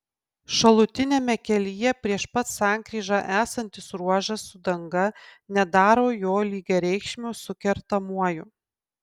šalutiniame kelyje prieš pat sankryžą esantis ruožas su danga nedaro jo lygiareikšmio su kertamuoju